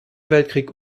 weltkrieg